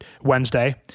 Wednesday